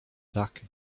duck